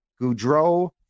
Goudreau